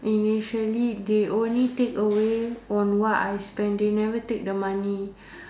initially they only take away on what I spending never take the money